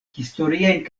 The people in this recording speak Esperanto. historiajn